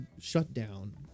shutdown